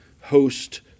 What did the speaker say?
host